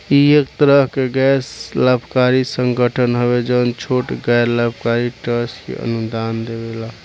इ एक तरह के गैर लाभकारी संगठन हवे जवन छोट गैर लाभकारी ट्रस्ट के अनुदान देवेला